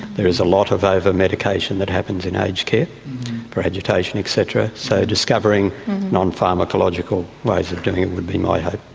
there is a lot of overmedication that happens in aged care for agitation et cetera, so discovering nonpharmacological ways of doing it would be my hope.